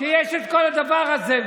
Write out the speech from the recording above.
כשיש את כל הדבר הזה?